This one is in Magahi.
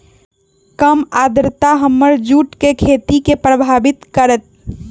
कम आद्रता हमर जुट के खेती के प्रभावित कारतै?